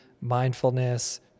mindfulness